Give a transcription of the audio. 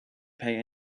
pay